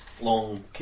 Long